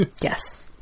Yes